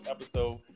episode